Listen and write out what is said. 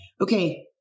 okay